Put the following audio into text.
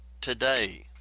today